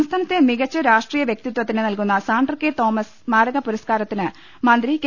സംസ്ഥാനത്തെ മികച്ച രാഷ്ട്രീയ വൃക്തിത്വത്തിന് നൽകുന്ന സാണ്ടർ കെ തോമസ് സ്മാരക പുരസ്കാരത്തിന് മന്ത്രി കെ